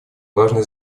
важные